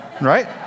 Right